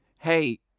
Hey